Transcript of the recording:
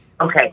Okay